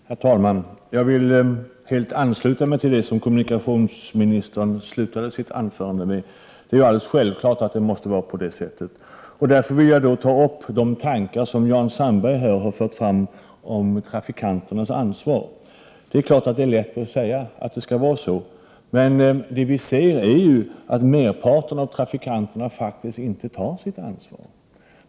Herr talman! Jag vill helt ansluta mig till det som kommunikationsministern slutade sitt inlägg med. Det är alldeles självklart att det måste vara på så sätt. Därför vill jag ta upp de tankar som Jan Sandberg här har fört fram om trafikanternas ansvar. Det är lätt att säga att trafikanterna skall ta sitt ansvar. Men vi ser ju att merparten av trafikanterna faktiskt inte tar sitt ansvar.